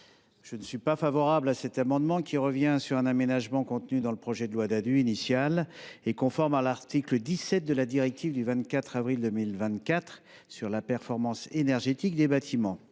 Je ne suis pas favorable à cette disposition, qui revient sur un aménagement du projet de loi Ddadue initial conforme à l’article 15 de la directive du 24 avril 2024 sur la performance énergétique des bâtiments.